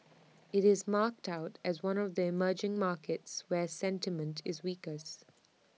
IT is marked out as one of the emerging markets where sentiment is weakest